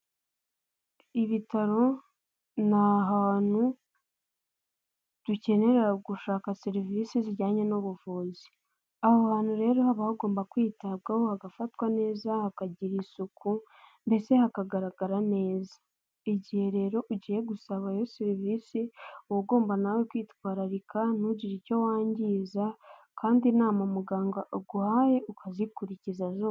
Ibitaro ni ahantu dukenera gushaka serivisi zijyanye n'ubuvuzi. Aho hantu rero haba hagomba kwitabwaho hagafatwa neza hakagira isuku mbese hakagaragara neza. Igihe rero ugiye gusaba iyo serivisi uba ugomba nawe kwitwararika ntugire icyo wangiza kandi inama muganga aguhaye ukazikurikiza zose.